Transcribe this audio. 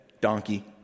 donkey